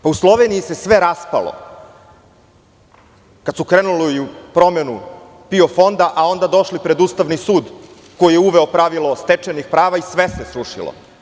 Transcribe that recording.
U Sloveniji se sve raspalo kada su krenuli u promenu PIO fonda, a onda došli pred Ustavni sud koji je uveo pravilo stečajnih prava i sve se srušilo.